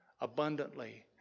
abundantly